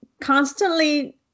constantly